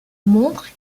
montrent